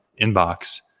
inbox